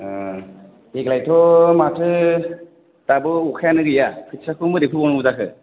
आह देग्लाय थ माथो दाबो अखायानो गैया खोथियाखौ मारै फोबायनांगौ जाखो